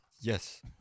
Yes